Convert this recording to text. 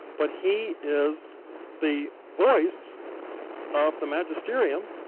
but he is the voice of the magisterium,